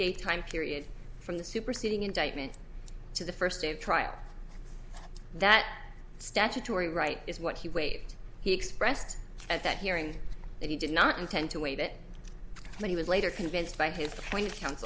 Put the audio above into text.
day time period from the superseding indictment to the first day of trial that statutory right is what he waived he expressed at that hearing that he did not intend to waive it when he was later convinced by his